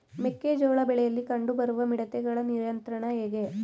ಮೆಕ್ಕೆ ಜೋಳ ಬೆಳೆಯಲ್ಲಿ ಕಂಡು ಬರುವ ಮಿಡತೆಗಳ ನಿಯಂತ್ರಣ ಹೇಗೆ?